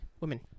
Women